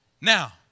Now